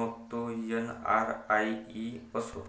मग तो एन.आर.आई असो